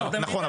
נכון.